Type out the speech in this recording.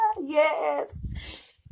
Yes